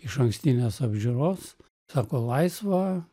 išankstinės apžiūros sako laisva